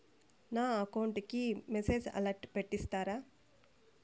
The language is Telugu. నా అకౌంట్ కి మెసేజ్ అలర్ట్ పెట్టిస్తారా